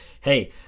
hey